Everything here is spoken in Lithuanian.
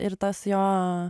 ir tas jo